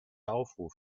aufruf